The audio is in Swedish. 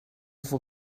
får